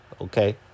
Okay